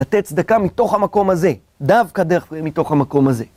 לתת צדקה מתוך המקום הזה, דווקא מתוך המקום הזה.